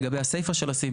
לגבי הסיפא של הסעיף,